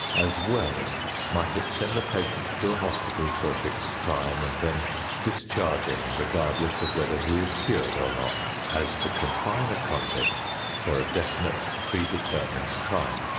as well might it send a patient to a hospital for a fixed time and then discharge him, regardless of whether he is cured or not, as to confine a convict for a definite predetermined time.